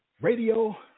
radio